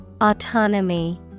Autonomy